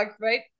right